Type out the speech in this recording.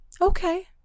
okay